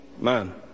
man